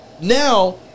now